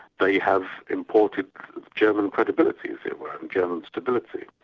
they have imported german credibility, as it were, and german stability.